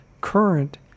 current